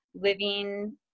living